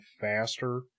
faster